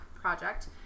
project